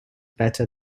better